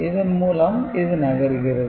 இதன் மூலம் இது நகர்கிறது